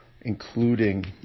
including